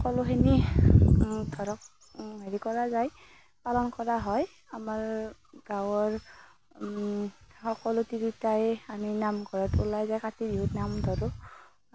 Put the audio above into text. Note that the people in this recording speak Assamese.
সকলোখিনি ধৰক হেৰি কৰা যায় পালন কৰা হয় আমাৰ গাঁৱৰ সকলো তিৰোতাই আমি নামঘৰত ওলাই যায় বিহু নাম ধৰোঁ আমি